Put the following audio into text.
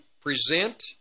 present